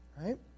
right